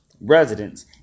residents